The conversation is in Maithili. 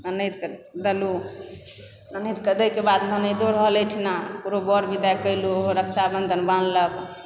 ननदिके देलहुँ ननदिके दए कऽ बाद ननदो रहल ओहिठिमा ओकरो बर विदाइ कैलहुँ ओहो रक्षा बंधन बान्हलक